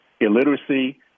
illiteracy